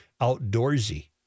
outdoorsy